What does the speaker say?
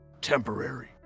Temporary